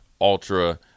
ultra